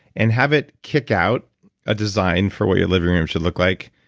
and have it kick out a design for what your living room should look like.